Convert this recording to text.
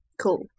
cool